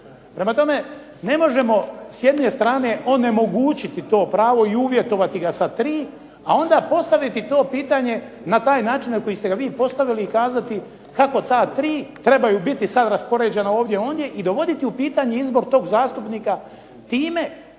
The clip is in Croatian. Prema tome ne možemo s jedne strane onemogućiti to pravo i uvjetovati ga sa 3, a onda postaviti to pitanje na taj način na koji ste ga vi postavili i kazati kako ta 3 trebaju biti sad raspoređena ovdje, ondje i dovoditi u pitanje izbor tog zastupnika time